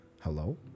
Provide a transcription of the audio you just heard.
Hello